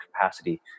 capacity